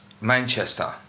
Manchester